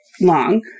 long